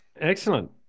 excellent